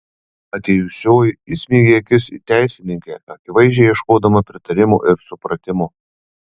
atėjusioji įsmeigė akis į teisininkę akivaizdžiai ieškodama pritarimo ir supratimo